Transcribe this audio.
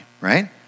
right